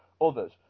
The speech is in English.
others